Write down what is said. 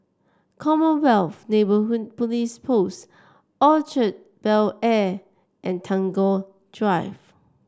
Commonwealth Neighbourhood Police Post Orchard Bel Air and Tagore Drive